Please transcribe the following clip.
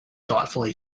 thoughtfully